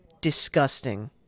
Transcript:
disgusting